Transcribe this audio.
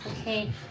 Okay